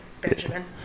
Benjamin